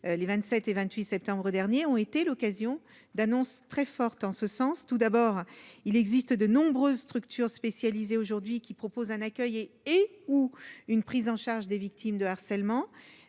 les 27 et 28 septembre dernier ont été l'occasion d'annonces très forte en ce sens, tout d'abord, il existe de nombreuses structures spécialisées aujourd'hui qui propose un accueil et et ou une prise en charge des victimes de harcèlement,